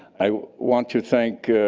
i want to thank